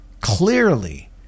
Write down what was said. clearly